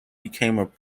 became